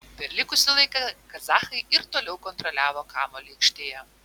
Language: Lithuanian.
per likusį laiką kazachai ir toliau kontroliavo kamuolį aikštėje